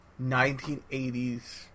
1980s